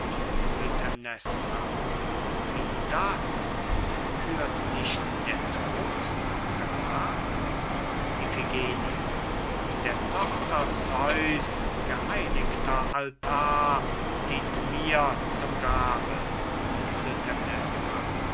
wie das führt nicht der tod zum grab iphigenie der tochter zeus geheiligter altar dient mir zum grabe